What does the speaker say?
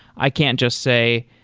i can't just say